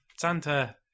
Santa